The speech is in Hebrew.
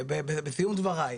בסיום דבריי,